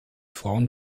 frauen